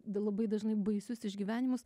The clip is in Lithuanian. d labai dažnai baisius išgyvenimus